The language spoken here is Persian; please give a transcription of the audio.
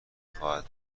خواهد